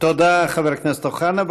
תודה, חבר הכנסת אוחנה.